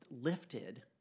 lifted